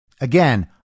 Again